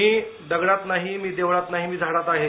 मी दगडात नाही देवळात नाही मी झाडात आहे